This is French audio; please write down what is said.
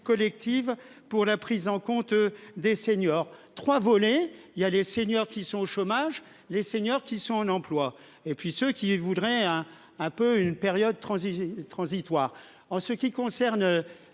collective pour la prise en compte des seniors 3 volé il y a les seniors qui sont au chômage, les seniors qui sont en emploi et puis ceux qui voudraient hein un peu une période de transition transitoire en ce qui concerne